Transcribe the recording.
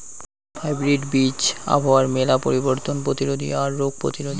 hybrid বীজ আবহাওয়ার মেলা পরিবর্তন প্রতিরোধী আর রোগ প্রতিরোধী